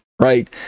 right